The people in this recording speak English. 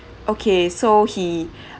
okay so he